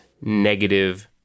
negative